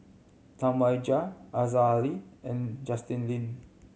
Tam Wai Jia Aziza Ali and Justin Lean